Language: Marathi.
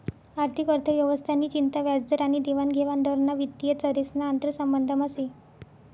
आर्थिक अर्थव्यवस्था नि चिंता व्याजदर आनी देवानघेवान दर ना वित्तीय चरेस ना आंतरसंबंधमा से